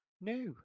no